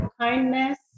kindness